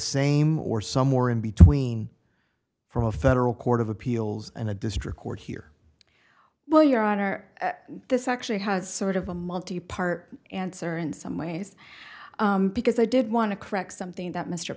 same or somewhere in between for a federal court of appeals and a district court here well your honor this actually has sort of a multi part answer in some ways because i did want to correct something that mr